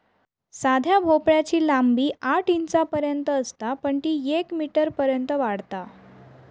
साध्या भोपळ्याची लांबी आठ इंचांपर्यंत असता पण ती येक मीटरपर्यंत वाढता